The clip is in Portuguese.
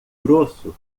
grosso